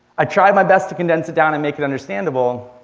i tried my best to condense it down and make it understandable,